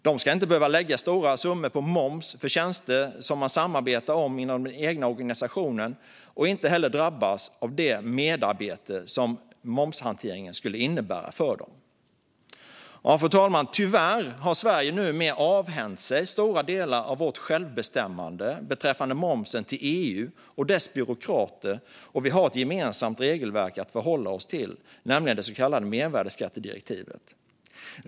De ska inte behöva lägga stora summor på moms för tjänster som man samarbetar om inom den egna organisationen och inte heller drabbas av det merarbete som momshanteringen skulle innebära för dem. Fru talman! Tyvärr har Sverige numera avhänt sig stora delar av sitt självbestämmande beträffande momsen till EU och dess byråkrater, och vi har ett gemensamt regelverk att förhålla oss till, nämligen det så kallade mervärdesskattedirektivet.